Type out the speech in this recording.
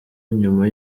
nyuma